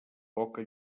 poca